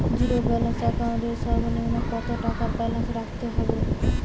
Zero balance account এর সর্বনিম্ন কত টাকা ব্যালেন্স রাখতে হবে?